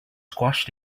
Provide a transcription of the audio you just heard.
squashed